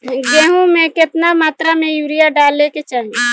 गेहूँ में केतना मात्रा में यूरिया डाले के चाही?